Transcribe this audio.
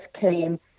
came